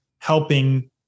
helping